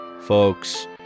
folks